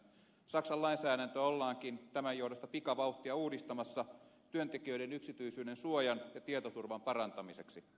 saksan lainsäädäntöä ollaankin tämän johdosta pikavauhtia uudistamassa työntekijöiden yksityisyyden suojan ja tietoturvan parantamiseksi